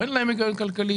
או אין להם היגיון כלכלי,